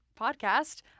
podcast